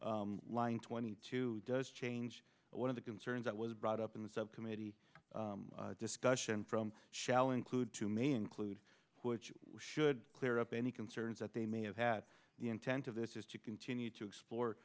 five line twenty two does change one of the concerns that was brought up in the subcommittee discussion from shall include to may include which should clear up any concerns that they may have had the intent of this is to continue to explore